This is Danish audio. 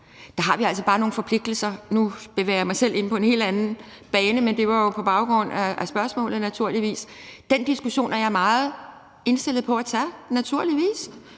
Der har vi altså bare nogle forpligtelser, og nu bevæger jeg mig selv ind på en helt anden bane, men det er jo naturligvis på baggrund af spørgsmålet, og den diskussion er jeg meget indstillet på at tage, naturligvis.